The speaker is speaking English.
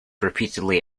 repeatedly